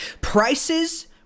prices